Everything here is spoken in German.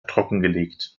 trockengelegt